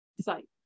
site